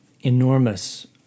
enormous